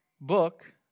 book